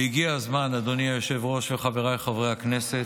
הגיע הזמן, אדוני היושב-ראש, חבריי חברי הכנסת,